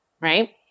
right